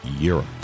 Europe